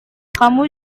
kamu